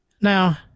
Now